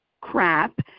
crap